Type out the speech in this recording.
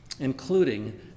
including